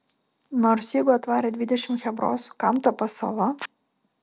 nors jeigu atvarė dvidešimt chebros kam ta pasala